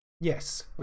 Yes